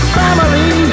family